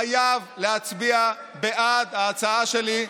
חייב להצביע בעד ההצעה שלי,